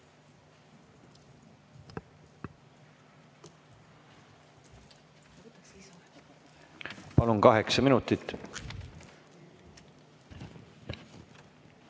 Palun, kaheksa minutit!